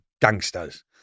gangsters